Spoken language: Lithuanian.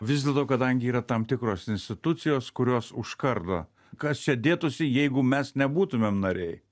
vis dėlto kadangi yra tam tikros institucijos kurios užkardo kas čia dėtųsi jeigu mes nebūtumėm nariai